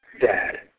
dad